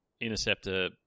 interceptor